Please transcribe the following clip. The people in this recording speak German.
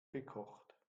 gekocht